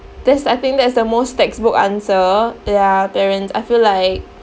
that's I think that's the most textbook answer ya parents I feel like